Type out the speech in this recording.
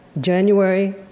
January